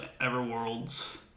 Everworlds